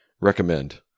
recommend